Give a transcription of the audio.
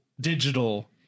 digital